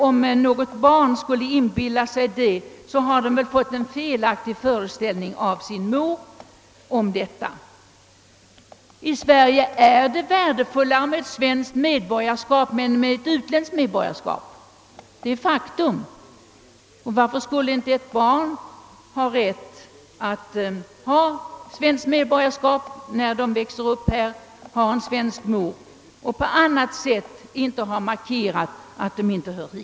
Om något barn skulle inbilla sig det, har det väl fått en felaktig inställning av sin mor.» I Sverige är det värdefullare med svenskt medborgarskap än med ett utländskt, det är ett faktum. Varför skulle inte ett harn ha rätt till svenskt medborgarskap, om det växer upp här, har svensk mor och inte på annat sätt har markerat att det inte hör hit?